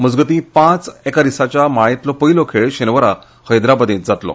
मजगतीं पांच एका दिसांच्या माळेंतलो पयलो खेळ शेनवारा हैदराबादांत जातलो